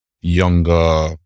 younger